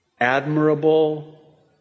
admirable